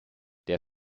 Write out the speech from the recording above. der